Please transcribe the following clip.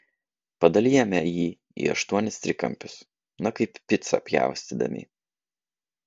padalijame jį į aštuonis trikampius na kaip picą pjaustydami